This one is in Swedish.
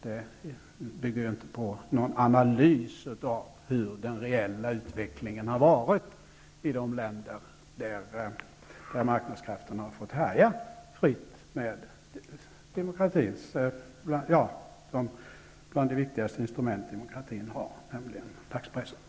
Det bygger inte på någon analys av den reella utvecklingen i de länder där marknadskrafterna har fått härja fritt bland de viktigaste instrument demokratin har, nämligen dagstidningarna.